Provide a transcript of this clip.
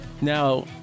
Now